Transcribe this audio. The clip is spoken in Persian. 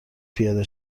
پیاده